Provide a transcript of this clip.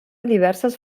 diverses